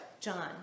John